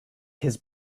his